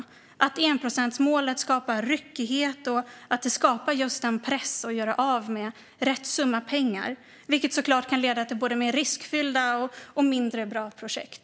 Ser han att enprocentsmålet skapar ryckighet och press att göra av med "rätt" summa pengar, vilket såklart kan leda till både mer riskfyllda och mindre bra projekt?